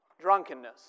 drunkenness